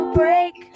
break